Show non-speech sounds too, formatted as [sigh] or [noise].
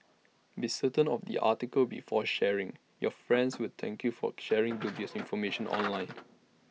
be certain of the article before sharing your friends will thank you for [noise] sharing the dubious information online